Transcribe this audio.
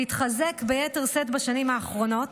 זה התחזק ביתר שאת בשנים האחרונות.